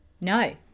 No